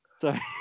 Sorry